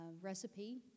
recipe